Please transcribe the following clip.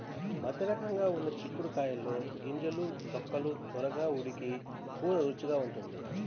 మధ్యరకంగా ఉన్న చిక్కుడు కాయల్లో గింజలు, తొక్కలు త్వరగా ఉడికి కూర రుచిగా ఉంటుంది